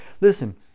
Listen